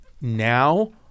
Now